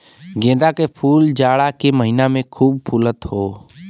गेंदा के फूल जाड़ा के महिना में खूब फुलत हौ